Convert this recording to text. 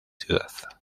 ciudad